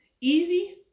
easy